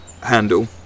handle